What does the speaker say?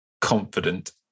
confident